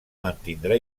mantindrà